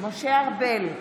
משה ארבל,